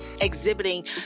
exhibiting